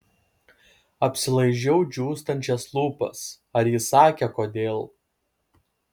apsilaižau džiūstančias lūpas ar jis sakė kodėl